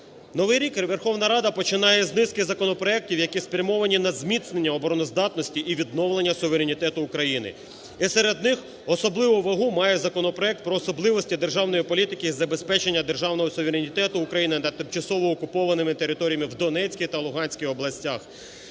Новий рік Верховна Рада починає з низки законопроектів, які спрямовані на зміцненні обороноздатності і відновлення суверенітету України, і серед них особливу вагу має законопроект про особливості державної політики і забезпечення державного суверенітету України над тимчасово купованими територіями в Донецькій та Луганській областях,